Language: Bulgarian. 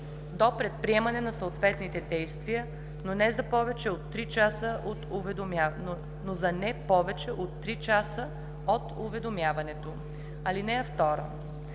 до предприемане на съответните действия, но за не повече от 3 часа от уведомяването. (2) При